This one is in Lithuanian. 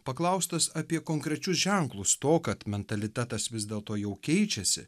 paklaustas apie konkrečius ženklus to kad mentalitetas vis dėlto jau keičiasi